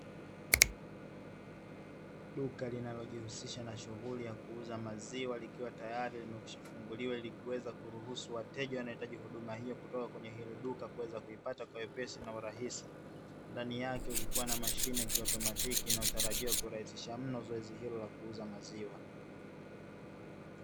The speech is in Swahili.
Duka linalojihusisha na shughuli ya kuuza maziwa likiwa tayari limekwishafunguliwa ili kuweza kuruhusu wateja wanaohitaji huduma hiyo kutoka kwenye hilo duka kuweze kuipata kwa wepesi na urahisi. Ndani yake kukiwa na mashine kiotomatiki inayotarajiwa kurahisisha mno zoezi hilo la kuuza maziwa.